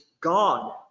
God